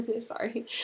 Sorry